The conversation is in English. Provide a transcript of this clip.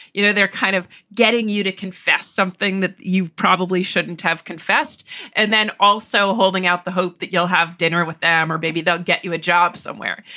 you know, they're kind of getting you to confess something that you probably shouldn't have confessed and then also holding out the hope that you'll have dinner with them or maybe they'll get you a job somewhere.